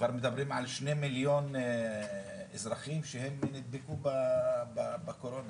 כבר מדברים על 2 מיליון אזרחים שנדבקו בקורונה.